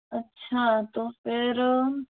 अच्छा तो फिर